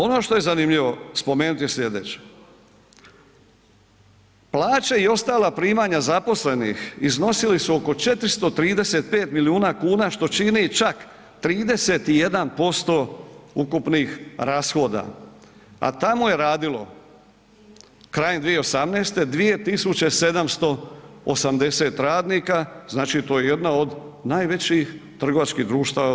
E sada, ono što je zanimljivo spomenuti sljedeće, plaće i ostala primanja zaposlenih iznosili su oko 435 milijuna kuna što čini čak 31% ukupnih rashoda, a tamo je radilo krajem 2018. 2.780 radnika znači to je jedna od najvećih trgovačkih društava u RH.